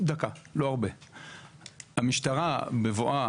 המשטרה בבואה